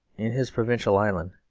in his provincial island,